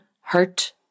hurt